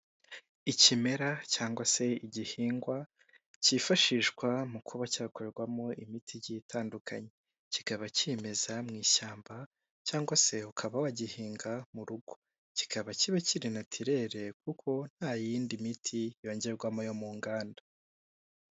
Ikimera cyangwa se igihingwa cyifashishwa mu kuba cyakorerwamo imiti igiye itandukanye. Kikaba kimeza mu ishyamba cyangwa se ukaba wagihinga mu rugo. Kikaba kiba kiri natirere kuko nta yindi miti yongerwamo yo mu nganda.